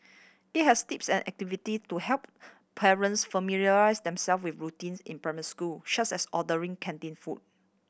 it has tips and activity to help parents familiarise themselves with routines in primary school such as ordering canteen food